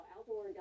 Outdoor